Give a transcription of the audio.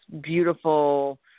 beautiful